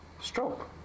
stroke